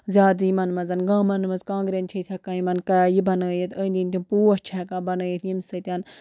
زیادٕ یِمَن منٛز گامَن منٛز کانٛگرٮ۪ن چھِ أسۍ ہٮ۪کان یِمَن یہِ بَنٲیِتھ أنٛدۍ أنٛدۍ تِم پوش چھِ ہٮ۪کان بَنٲیِتھ ییٚمہِ سۭتۍ